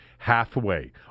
halfway